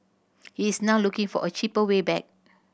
he is now looking for a cheaper way back